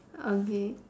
okay